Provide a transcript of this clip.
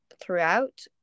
throughout